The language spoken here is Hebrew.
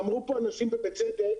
אמרו פה אנשים, ובצדק,